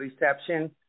reception